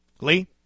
Lee